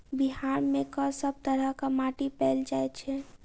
बिहार मे कऽ सब तरहक माटि पैल जाय छै?